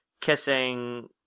kissing